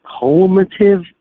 cumulative